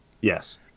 yes